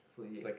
so yeah